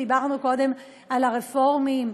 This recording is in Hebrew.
ודיברנו קודם על הרפורמים,